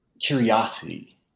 curiosity